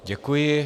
Děkuji.